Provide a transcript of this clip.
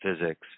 physics